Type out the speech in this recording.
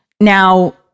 now